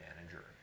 manager